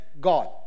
God